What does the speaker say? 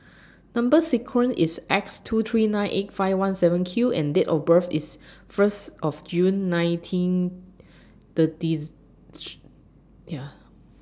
Number sequence IS X two three nine eight five one seven Q and Date of birth IS First of June nineteen thirties yeah